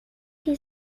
qui